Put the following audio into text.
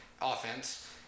offense